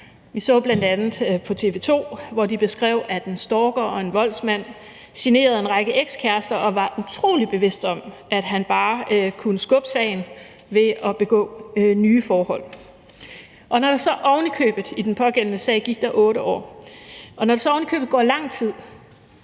Vi så bl.a., at de på TV 2 beskrev, hvordan en stalker og voldsmand generede en række ekskærester og var utrolig bevidst om, at han bare kunne skubbe sagen ved at begå nye forhold – og i den pågældende sag gik der så ovenikøbet 8 år. Og når